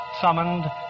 summoned